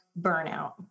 burnout